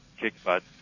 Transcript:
kick-butt